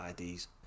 IDs